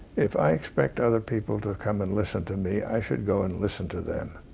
if i expect other people to come and listen to me, i should go and listen to them.